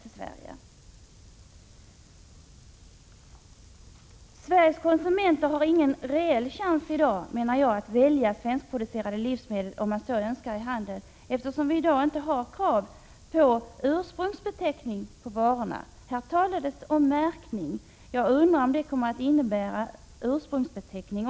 Enligt min mening har Sveriges konsumenter ingen reell chans att välja svenskproducerade livsmedel i handeln, eftersom vi i dag inte har krav på ursprungsbeteckning på varorna. Här talades det om märkning. Jag undrar om det med detta också menas ursprungsbeteckning.